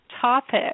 topic